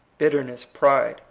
bitterness, pride,